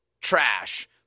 trash